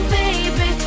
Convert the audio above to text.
baby